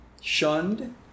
shunned